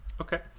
Okay